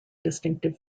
distinctive